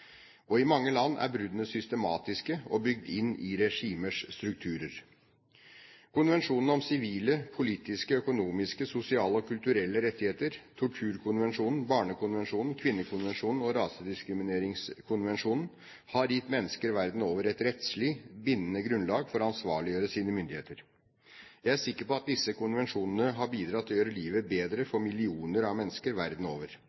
I mange land er bruddene systematiske og bygd inn i regimers strukturer. Konvensjonen om sivile og politiske rettigheter, konvensjonen om økonomiske, sosiale og kulturelle rettigheter, Torturkonvensjonen, Barnekonvensjonen, Kvinnekonvensjonen og Rasediskrimineringskonvensjonen har gitt mennesker verden over et rettslig, bindende grunnlag for å ansvarliggjøre sine myndigheter. Jeg er sikker på at disse konvensjonene har bidratt til å gjøre livet bedre for millioner av mennesker verden over,